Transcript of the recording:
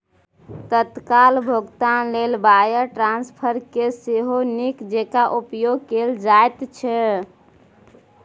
तत्काल भोगतान लेल वायर ट्रांस्फरकेँ सेहो नीक जेंका उपयोग कैल जाइत छै